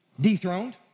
dethroned